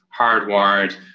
hardwired